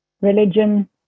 religion